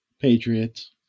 Patriots